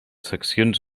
seccions